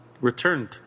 returned